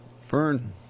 fern